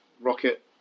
Rocket